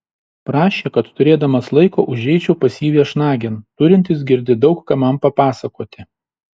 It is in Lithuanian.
prašė kad turėdamas laiko užeičiau pas jį viešnagėn turintis girdi daug ką man papasakoti